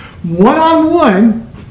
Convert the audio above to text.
One-on-one